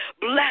Bless